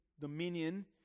dominion